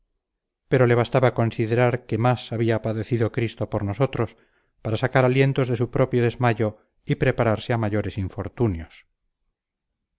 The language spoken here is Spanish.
pero le bastaba considerar que más había padecido cristo por nosotros para sacar alientos de su propio desmayo y prepararse a mayores infortunios